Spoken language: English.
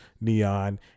Neon